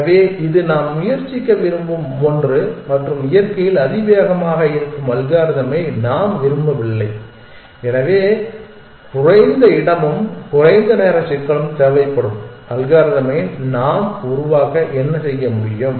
எனவே இது நாம் முயற்சிக்க விரும்பும் ஒன்று மற்றும் இயற்கையில் அதிவேகமாக இருக்கும் அல்காரிதமை நாம் விரும்பவில்லை எனவே குறைந்த இடமும் குறைந்த நேர சிக்கலும் தேவைப்படும் அல்காரிதமை உருவாக்க நாம் என்ன செய்ய முடியும்